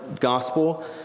gospel